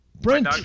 Brent